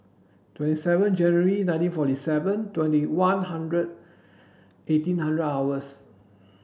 twenty seven January nineteen forty seven twenty one hundred eighteen hundred hours